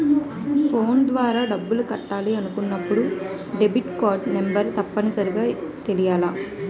phone ద్వారా డబ్బులు కట్టాలి అనుకున్నప్పుడు డెబిట్కార్డ్ నెంబర్ తప్పనిసరిగా తెలియాలి